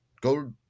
Go